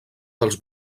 dels